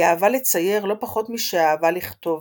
היא אהבה לצייר לא פחות משאהבה לכתוב.